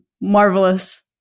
marvelous